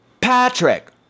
Patrick